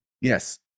Yes